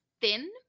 thin